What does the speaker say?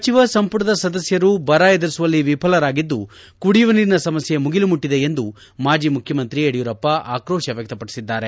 ಸಚಿವ ಸಂಪುಟದ ಸದಸ್ಯರು ಬರ ಎದುರಿಸುವಲ್ಲಿ ವಿಫಲರಾಗಿದ್ದು ಕುಡಿಯುವ ನೀರಿನ ಸಮಸ್ಯ ಮುಗಿಲುಮುಟ್ಟದೆ ಎಂದು ಮಾಜಿ ಮುಖ್ಯಮಂತ್ರಿ ಯಡಿಯೂರಪ್ಪ ಆಕ್ರೋತ ವ್ಯಕ್ತಪಡಿಸಿದ್ದಾರೆ